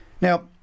Now